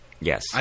Yes